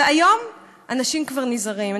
והיום אנשים כבר נזהרים.